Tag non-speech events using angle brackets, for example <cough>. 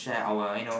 <breath>